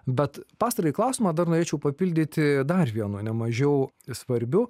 bet pastarąjį klausimą dar norėčiau papildyti dar vienu nemažiau svarbiu